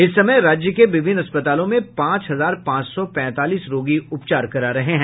इस समय राज्य के विभिन्न अस्पतलों में पांच हजार पांच सौ पैंतालीस रोगी उपचार करा रहे हैं